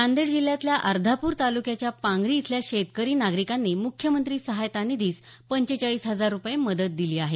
नांदेड जिल्ह्यातील अर्धापूर तालूक्याच्या पांगरी इथल्या शेतकरी नागरीकांनी मुख्यमंत्री सहाय्यता निधीस पंचेचाळीस हजार रुपये मदत दिली आहे